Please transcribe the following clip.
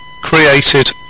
created